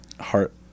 Heart